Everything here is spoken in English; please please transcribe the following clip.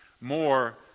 More